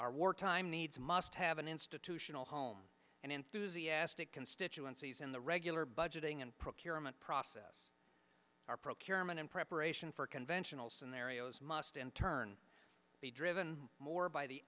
are wartime needs must have an institutional home and enthusiastic constituencies and regular budgeting and procurement process our procurement and preparation for conventional scenarios must in turn be driven more by the